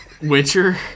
Witcher